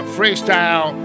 Freestyle